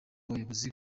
abayobozi